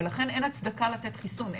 ולכן אין הצדקה לתת חיסון.